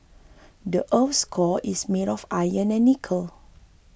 the earth's core is made of iron and nickel